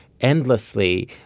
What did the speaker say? endlessly